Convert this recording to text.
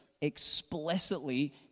explicitly